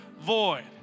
void